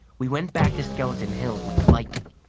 we went back to skeleton hill with lightning.